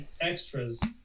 extras